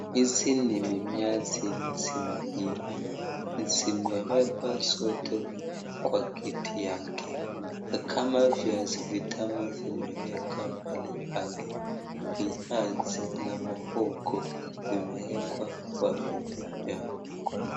Hizi ni mimea zenye zimeiva, zimewekwa zote kwa kitu yake. Kama viazi vitamu vimewekwa pale kwake, viazi na muhogo na muhogo vimewekwa kwa vitu yao.